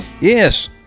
Yes